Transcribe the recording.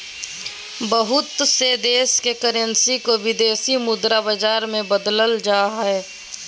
बहुत से देश के करेंसी के विदेशी मुद्रा बाजार मे बदलल जा हय